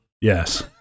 Yes